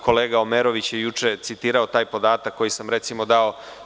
Kolega Omerović je juče citirao taj podatak koji sam dao.